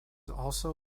also